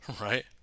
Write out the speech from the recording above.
Right